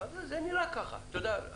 אז איזו הגנה אני אתן לך?